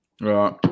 Right